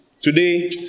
today